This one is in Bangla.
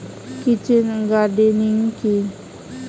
কিচেন গার্ডেনিং কি?